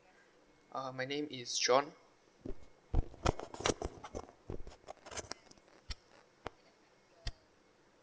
uh my name is john